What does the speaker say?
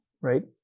right